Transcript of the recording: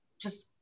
just-